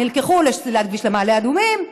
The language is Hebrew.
נלקחו לסלילת כביש למעלה אדומים,